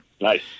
Nice